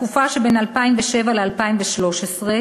בתקופה שבין 2007 ל-2013,